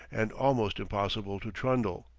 and almost impossible to trundle.